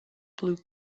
blue